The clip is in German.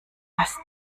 was